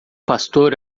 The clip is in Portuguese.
pastor